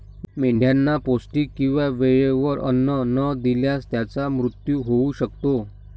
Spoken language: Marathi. मेंढ्यांना पौष्टिक किंवा वेळेवर अन्न न दिल्यास त्यांचा मृत्यू होऊ शकतो